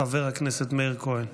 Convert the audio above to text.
חבר הכנסת מאיר כהן.